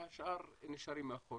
והשאר נשארים מאחור.